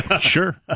Sure